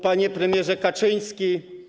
Panie Premierze Kaczyński!